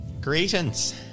Greetings